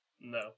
No